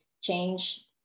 change